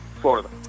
Florida